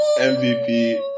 MVP